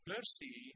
Mercy